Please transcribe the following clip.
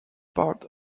part